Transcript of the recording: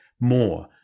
more